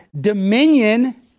Dominion